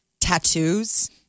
tattoos